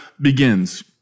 begins